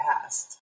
past